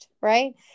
right